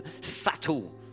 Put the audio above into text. subtle